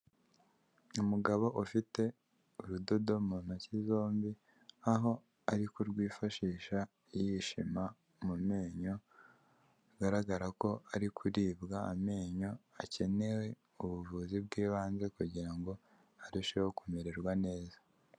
Umugabo ufite urudodo mu ntoki zombi, aho ari kurwifashisha yishima mu menyo . Bigaragara ko ari kuribwa amenyo akeneye ubuvuzi bw' ibanze kugirango arusheho kumera neza.